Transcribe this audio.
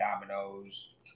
dominoes